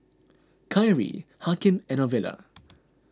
Kyree Hakim and Ovila